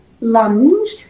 lunge